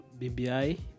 BBI